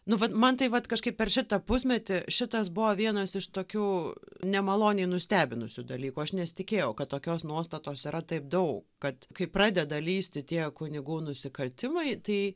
nu vat man tai vat kažkaip per šitą pusmetį šitas buvo vienas iš tokių nemaloniai nustebinusių dalykų aš nesitikėjau kad tokios nuostatos yra taip daug kad kai pradeda lįsti tie kunigų nusikaltimai tai